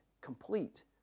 complete